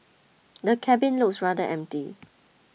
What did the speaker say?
the cabin looks rather empty